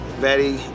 Betty